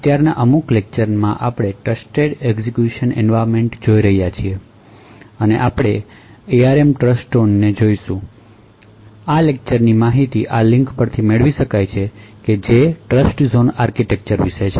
આ વ્યાખ્યાનના અનુક્રમમાં આપણે ટ્રસ્ટેડ એક્ઝેક્યુશન એન્વાયર્નમેન્ટ્સ જોઈ રહ્યા છીએ આપણે આ ARM ટ્રસ્ટઝોનને જોઈશું આ વ્યાખ્યાન ની માહિતી આ લિન્ક પરથી મેળવી શકાય છે જે ટ્રસ્ટઝોન આર્કિટેક્ચર વિશે છે